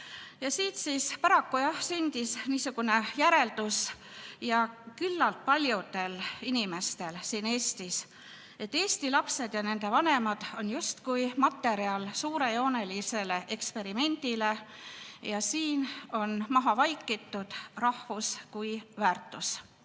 Ja siit paraku jah sündis niisugune järeldus küllalt paljudel inimestel Eestis, et eesti lapsed ja nende vanemad on justkui materjal suurejoonelisele eksperimendile ja siin on maha vaikitud rahvus kui väärtus.